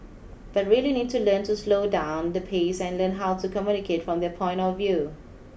but really need to learn to slow down the pace and learn how to communicate from their point of view